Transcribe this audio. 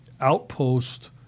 outpost